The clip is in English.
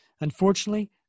Unfortunately